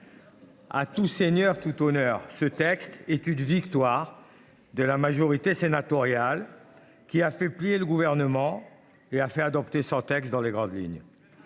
À tout seigneur tout honneur : ce texte est une victoire de la majorité sénatoriale, qui a fait plier le Gouvernement et a fait adopter son texte dans les grandes lignes.